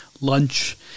lunch